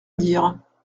dire